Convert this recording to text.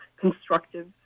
constructive